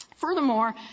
Furthermore